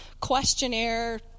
questionnaire